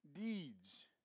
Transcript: deeds